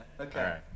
Okay